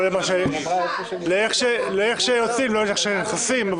לא לאיך שנכנסים.